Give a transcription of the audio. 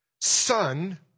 son